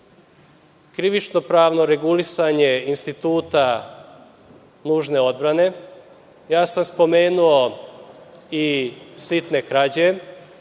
krivično pravno regulisanje instituta nužne odbrane. Spomenuo sam i sitne krađe.